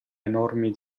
enormi